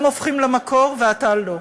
הם הופכים למקור ואתה לא.